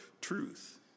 truth